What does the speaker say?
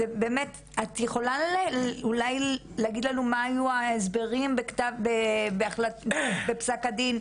את יכולה אולי להגיד לנו מה היו ההסברים בפסק הדין,